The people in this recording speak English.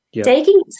taking